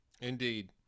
Indeed